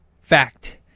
fact